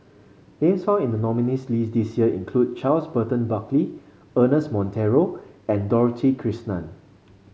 names found in the nominees' list this year include Charles Burton Buckley Ernest Monteiro and Dorothy Krishnan